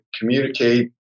communicate